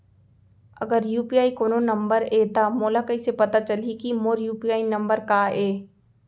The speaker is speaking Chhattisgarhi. अगर यू.पी.आई कोनो नंबर ये त मोला कइसे पता चलही कि मोर यू.पी.आई नंबर का ये?